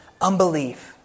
unbelief